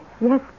Yes